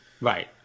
Right